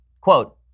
Quote